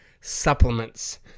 supplements